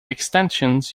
extensions